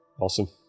Awesome